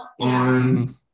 on